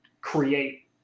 create